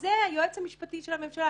זה היועץ המשפטי של הממשלה.